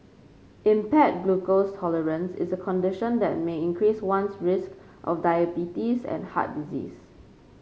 impaired glucose tolerance is a condition that may increase one's risk of diabetes and heart disease